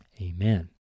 Amen